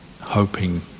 hoping